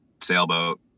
sailboat